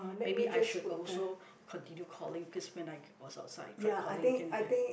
maybe I should also continue calling cause when I was outside tried calling can't hear